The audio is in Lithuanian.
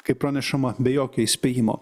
kaip pranešama be jokio įspėjimo